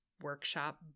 Workshop